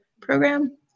program